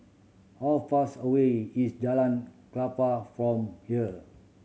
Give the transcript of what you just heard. how far away is Jalan Klapa from here